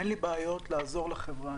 אין לי בעיה לעזור לחברה,